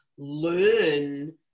learn